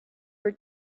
were